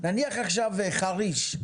נניח עכשיו זה חריף,